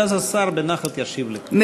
ואז השר ישיב בנחת לכולם.